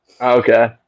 Okay